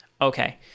Okay